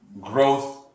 growth